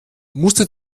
musste